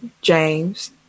James